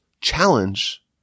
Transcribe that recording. challenge